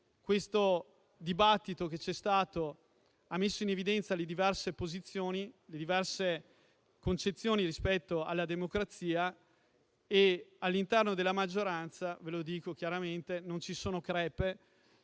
Il dibattito che c'è stato ha messo in evidenza le diverse posizioni, le diverse concezioni rispetto alla democrazia. All'interno della maggioranza - ve lo dico chiaramente - non ci sono crepe.